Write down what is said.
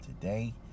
today